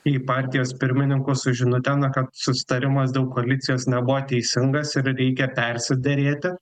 į partijos pirmininkus su žinute na kad susitarimas dėl koalicijos nebuvo teisingas ir reikia persiderėti